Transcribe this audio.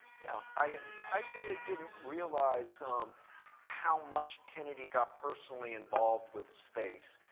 yeah, i really didn't realize um how much kennedy got personally involved with space.